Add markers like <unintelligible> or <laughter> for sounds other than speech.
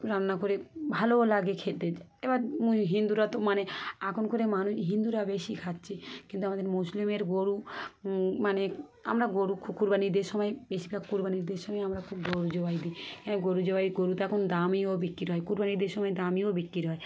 রান্না করে ভালোও লাগে খেতে এবার <unintelligible> হিন্দুরা তো মানে এখনকার মানুষ হিন্দুরা বেশি খাচ্ছে কিন্তু আমাদের মুসলিমের গরু মানে আমরা গরু কুরবানি ঈদের সময় বেশিরভাগ কুরবানি ঈদের সময় আমরা খুব গরু জবাই দিই গরু জবাই গরু তো এখন দামেও বিক্রি হয় কুরবানি ঈদের সময় দামেও বিক্রি হয়